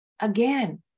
Again